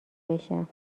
بشم